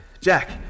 Jack